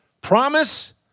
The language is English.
Promise